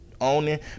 owning